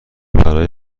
برای